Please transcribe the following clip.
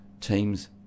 teams